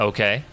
Okay